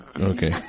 okay